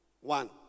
one